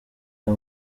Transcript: aya